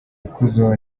ikuzo